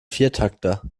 viertakter